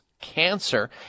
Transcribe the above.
cancer